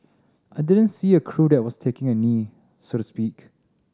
I didn't see a crew that was taking a knee so to speak